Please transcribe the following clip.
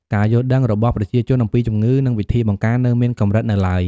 ការយល់ដឹងរបស់ប្រជាជន អំពីជំងឺ និងវិធីបង្ការនៅមានកម្រិតនៅឡើយ។